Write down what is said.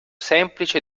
semplice